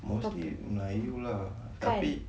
mostly melayu lah tapi